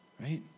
Right